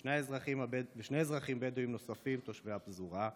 ושני אזרחים בדואים נוספים תושבי הפזורה,